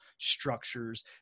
structures